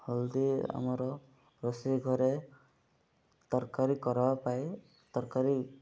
ହଳଦୀ ଆମର ରୋଷେଇ ଘରେ ତରକାରୀ କରିବା ପାଇଁ ତରକାରୀ